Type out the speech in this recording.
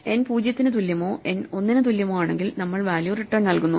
n 0 ന് തുല്യമോ n 1 ന് തുല്യമോ ആണെങ്കിൽ നമ്മൾ വാല്യൂ റിട്ടേൺ നൽകുന്നു